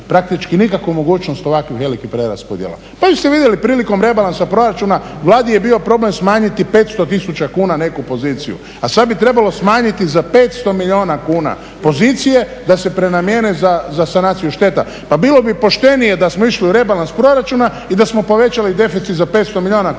praktički nikakvu mogućnost ovakvih velikih preraspodjela. Pa vi ste vidjeli prilikom rebalansa proračuna Vladi je bio problem smanjiti 500 000 kuna neku poziciju, a sad bi trebalo smanjiti za 500 milijuna kuna pozicije da se prenamijene za sanaciju šteta. Pa bilo bi poštenije da smo išli u rebalans proračuna i da smo povećali deficit za 500 milijuna kuna